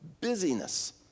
busyness